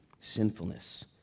sinfulness